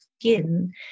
skin